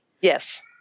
Yes